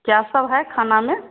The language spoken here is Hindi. क्या सब है खाने में